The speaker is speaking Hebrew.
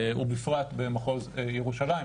ובפרט במחוז ירושלים,